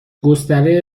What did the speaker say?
گستره